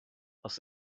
aus